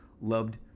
Loved